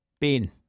Ben